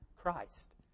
Christ